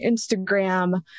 Instagram